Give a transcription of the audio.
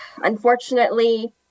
unfortunately